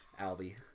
Albie